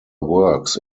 works